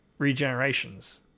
regenerations